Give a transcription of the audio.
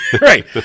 Right